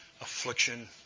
affliction